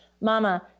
Mama